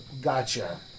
Gotcha